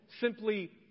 simply